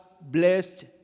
blessed